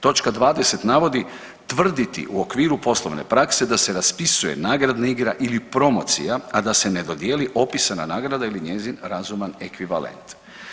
Točka 20 navodi tvrditi u okviru poslovne praske da se raspisuje nagradna igra ili promocija, a da se ne dodijeli opisana nagrada ili njezin razuman ekvivalent.